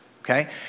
okay